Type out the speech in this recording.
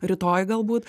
rytoj galbū